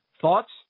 Thoughts